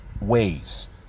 ways